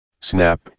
SNAP